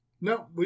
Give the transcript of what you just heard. No